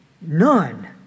None